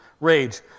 rage